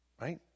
Right